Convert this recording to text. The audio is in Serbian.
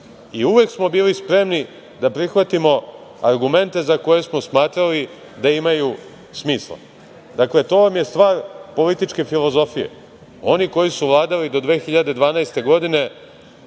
i uvek smo bili spremni da prihvatimo argumente za koje smo smatrali da imaju smisla. Dakle, to vam je stvar političke filozofije. Oni koji su vladali do 2012. godine,